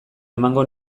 emango